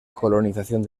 colonización